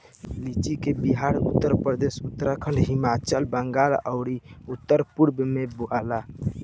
लीची के बिहार, उत्तरप्रदेश, उत्तराखंड, हिमाचल, बंगाल आउर उत्तर पूरब में बोआला